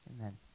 Amen